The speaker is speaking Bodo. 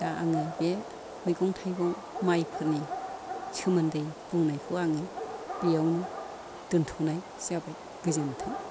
दा आङो बे मैगं थाइगं माइफोरनि सोमोन्दै बुंनायखौ आङो बेयावनो दोनथ'नाय जाबाय गोजोन्थों